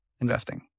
investing